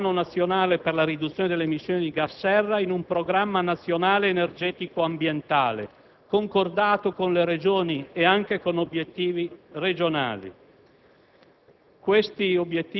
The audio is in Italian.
a integrare il Piano nazionale per la riduzione delle emissioni di gas serra in un programma nazionale energetico-ambientale, concordato con le Regioni e anche con obiettivi regionali